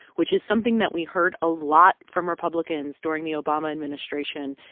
which is something that we heard a lot from republicans during the obama administration,